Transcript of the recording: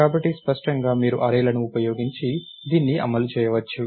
కాబట్టి స్పష్టంగా మీరు అర్రేలను ఉపయోగించి దీన్ని అమలు చేయవచ్చు